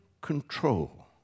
control